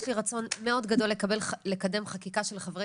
יש לי רצון מאוד גדול לקדם חקיקה של חברי